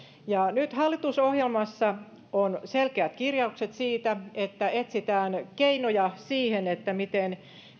nyt hallitusohjelmassa on selkeät kirjaukset siitä että etsitään keinoja siihen miten